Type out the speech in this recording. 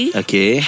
okay